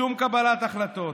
שום קבלת החלטות.